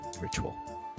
ritual